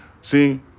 See